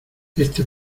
este